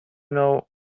know